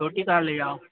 छोटी कार ले जाओ